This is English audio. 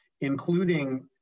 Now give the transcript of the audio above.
including